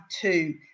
two